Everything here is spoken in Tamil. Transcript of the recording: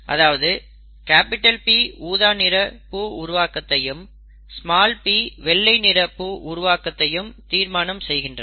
அதாவது P ஊதா நிற பூ உருவாவதையும் p வெள்ளை நிற உருவாவதையும் தீர்மானம் செய்கின்றன